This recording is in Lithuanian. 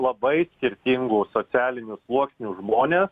labai skirtingų socialinių sluoksnių žmonės